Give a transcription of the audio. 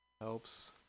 helps